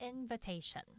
invitation